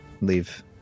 leave